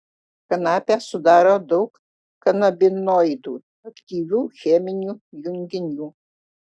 kanapę sudaro daug kanabinoidų aktyvių cheminių junginių